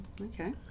Okay